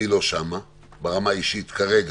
אבל לא רק שאני לא שם ברמה האישית כרגע,